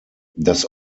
das